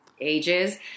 ages